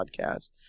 Podcast